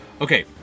Okay